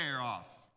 off